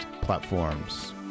platforms